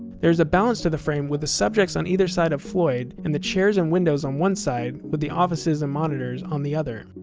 there is balance to the frame with the subjects on either side of floyd and the chairs and windows on one side with the offices and monitors on the other.